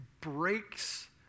breaks